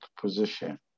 position